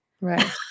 Right